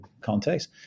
context